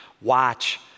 Watch